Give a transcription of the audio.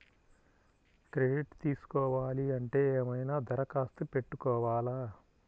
Credit తీసుకోవాలి అంటే ఏమైనా దరఖాస్తు పెట్టుకోవాలా?